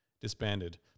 disbanded